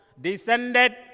descended